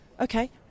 Okay